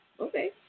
Okay